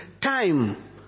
time